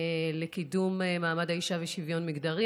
לקידום מעמד האישה ושוויון מגדרי,